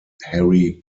harry